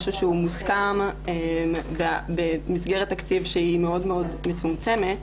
מוסכם במסגרת תקציב שהיא מאוד מאוד מצומצמת,